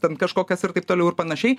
ten kažkokias ir taip toliau ir panašiai